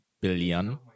Billion